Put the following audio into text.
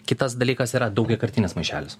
kitas dalykas yra daugiakartinis maišelis